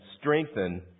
strengthen